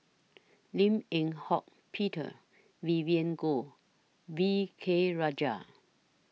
Lim Eng Hock Peter Vivien Goh V K Rajah